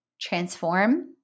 transform